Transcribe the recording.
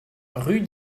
rue